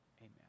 amen